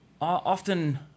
Often